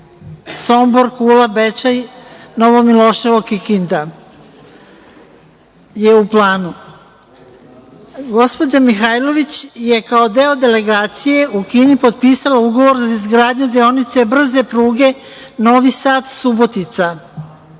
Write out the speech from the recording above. Sombor – Kula - Bečej - Novo Miloševo – Kikinda je u planu. Gospođa Mihajlović je kao deo delegacije u Kini potpisala ugovor za izgradnju deonice brze pruge Novi Sad – Subotica,